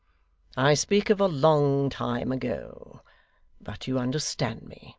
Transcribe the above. i speak of a long time ago but you understand me